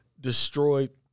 destroyed